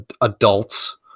adults